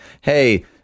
hey